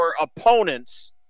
opponents